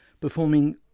performing